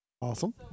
Awesome